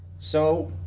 so,